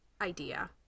idea